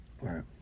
Right